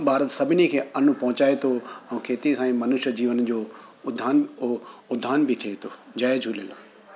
भारत सभिनी खे अन पोहचाए थो ऐं खेती सां ई मनुष्य जीवन जो उध्धान ओ उध्धान बि थिए थो जय झूलेलाल